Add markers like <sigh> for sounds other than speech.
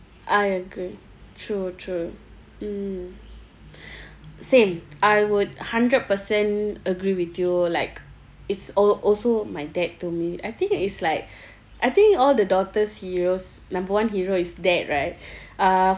I agree true true mm <breath> same I would hundred percent agree with you like it's al~ also my dad to me I think it's like <breath> I think all the daughters' heroes number one hero is dad right <breath> uh